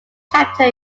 chapter